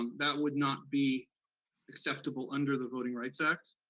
um that would not be acceptable under the voting rights act.